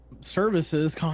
services